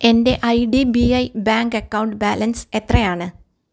എൻ്റെ I D B I bank account balance എത്രയാണ്